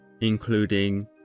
including